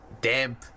damp